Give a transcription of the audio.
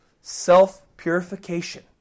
self-purification